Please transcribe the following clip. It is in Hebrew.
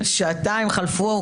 כמעט שעתיים חלפו.